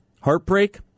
Heartbreak